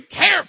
care